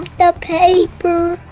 ah paper!